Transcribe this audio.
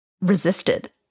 resisted